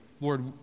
Lord